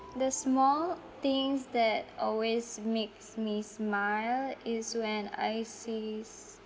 the small things that always makes me smile is when I sees